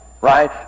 right